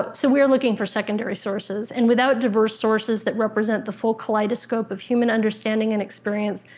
ah so we are looking for secondary sources. and without diverse sources that represent the full kaleidoscope of human understanding and experience,